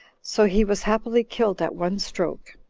so he was happily killed at one stroke.